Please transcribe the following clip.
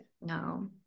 no